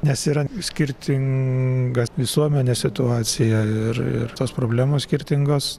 nes yra skirtinga visuomenės situacija ir ir tos problemos skirtingos